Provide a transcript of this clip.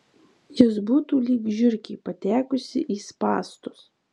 jis būtų lyg žiurkė patekusi į spąstus